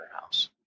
house